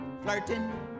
flirting